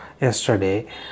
yesterday